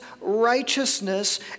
righteousness